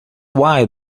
why